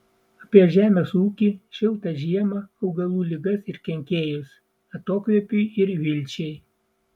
apie žemės ūkį šiltą žiemą augalų ligas ir kenkėjus atokvėpiui ir vilčiai